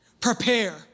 Prepare